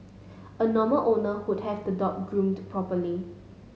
a normal owner would have the dog groomed properly